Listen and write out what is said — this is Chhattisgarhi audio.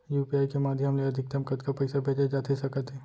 यू.पी.आई के माधयम ले अधिकतम कतका पइसा भेजे जाथे सकत हे?